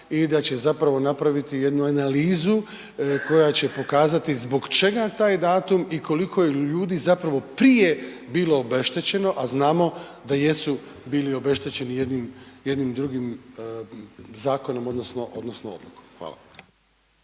i da će zapravo napraviti jednu analizu koja će pokazati zbog čega taj datum i koliko je ljudi zapravo prije bilo obeštećeno, a znamo da jesu bili obeštećeni jednim drugim zakonom odnosno odlukom. Hvala.